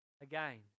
again